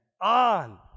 on